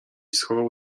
schował